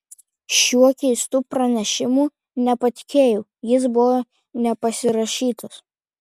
šiuo keistu pranešimu nepatikėjau jis buvo nepasirašytas